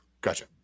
Gotcha